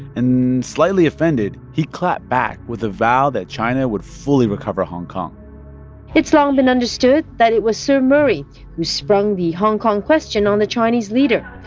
and slightly offended, he clapped back with a vow that china would fully recover hong kong it's long been understood that it was sir murray who sprung the hong kong question on the chinese leader,